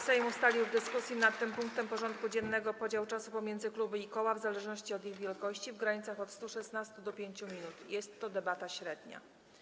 Sejm ustalił w dyskusji nad tym punktem porządku dziennego podział czasu pomiędzy kluby i koła w zależności od ich wielkości w granicach od 116 do 5 minut, tj. debatę średnią.